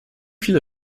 viele